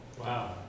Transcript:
Wow